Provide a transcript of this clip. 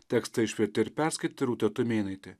tekstą išvertė ir perskaitė rūta tumėnaitė